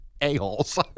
A-holes